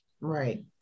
Right